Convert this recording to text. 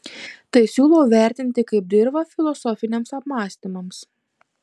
tai siūlau vertinti kaip dirvą filosofiniams apmąstymams